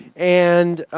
and